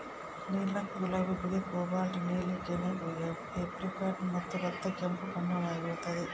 ನೀಲಕ ಗುಲಾಬಿ ಬಿಳಿ ಕೋಬಾಲ್ಟ್ ನೀಲಿ ಕೆನೆ ಏಪ್ರಿಕಾಟ್ ಮತ್ತು ರಕ್ತ ಕೆಂಪು ಬಣ್ಣವಾಗಿರುತ್ತದೆ